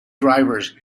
drivers